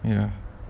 ya